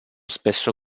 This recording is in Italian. spesso